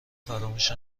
فراموش